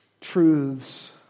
truths